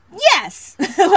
yes